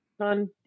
on